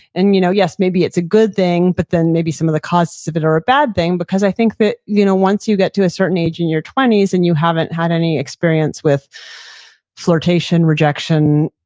and you know yes, maybe it's a good thing but then maybe some of the costs of it are a bad thing because i think that you know once you get to a certain age in your twenty s and you haven't had any experience with flirtation, rejection,